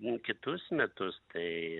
į kitus metus tai